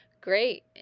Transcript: great